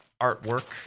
artwork